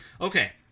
Okay